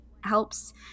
helps